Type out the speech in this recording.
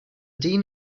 dean